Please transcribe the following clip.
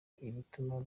ibituma